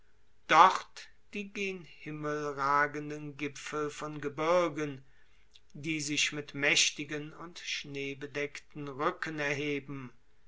dort die gen himmel ragenden gipfel von gebirgen die sich mit mächtigen und schneebedeckten rücken erheben